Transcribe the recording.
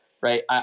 right